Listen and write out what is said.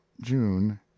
June